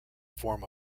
form